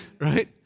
right